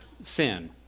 sin